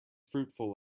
fruitful